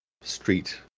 street